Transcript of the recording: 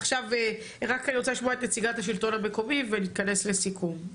עכשיו אני רוצה לשמוע את נציגת השלטון המקומי ונתכנס לסיכום.